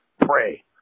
pray